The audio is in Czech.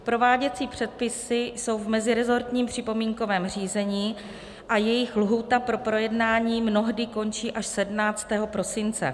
Prováděcí předpisy jsou v mezirezortním připomínkovém řízení a jejich lhůta pro projednání mnohdy končí až 17. prosince.